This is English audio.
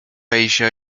asia